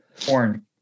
porn